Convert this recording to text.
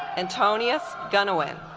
antonius gonna win